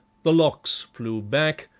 the locks flew back,